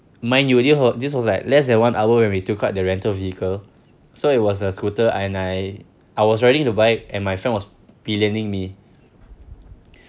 mind you this was this was like less than one hour when we took out the rental vehicle so it was a scooter and I I was riding the bike and my friend was pillioning me